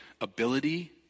ability